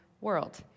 world